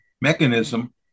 mechanism